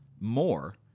more